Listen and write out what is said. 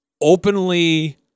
openly